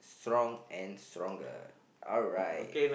strong and stronger alright